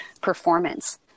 performance